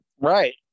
Right